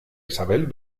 isabel